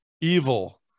evil